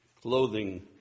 clothing